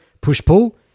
push-pull